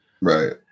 Right